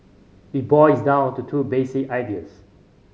it boils down to two basic ideas